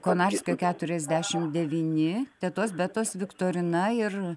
konarskio keturiasdešim devyni tetos betos viktorina ir